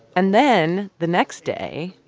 and then the next day,